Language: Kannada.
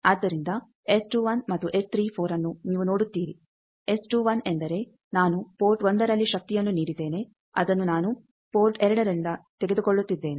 ಆದ್ದರಿಂದ ಮತ್ತು ಅನ್ನು ನೀವು ನೋಡುತ್ತೀರಿ ಎಂದರೆ ನಾನು ಪೋರ್ಟ್ 1 ರಲ್ಲಿ ಶಕ್ತಿಯನ್ನು ನೀಡಿದ್ದೇನೆ ಅದನ್ನು ನಾನು ಪೋರ್ಟ್ 2 ನಲ್ಲಿ ತೆಗೆದುಕೊಳ್ಳುತ್ತಿದ್ದೇನೆ